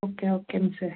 okay okay miss